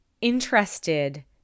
interested